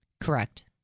Correct